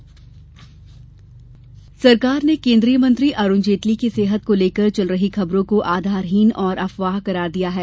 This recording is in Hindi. जेटली स्वास्थ्य सरकार ने केन्द्रीय मंत्री अरूण जेटली की सेहत को लेकर चल रही खबरों को आधारहीन और अफवाह करार दिया है